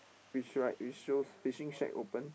which write which shows fishing shack open